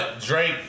Drake